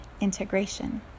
integration